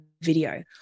video